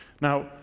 Now